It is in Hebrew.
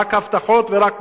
רק הבטחות ורק פופוליזם.